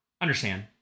Understand